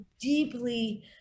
deeply